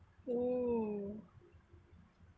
hmm